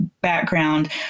background